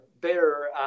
better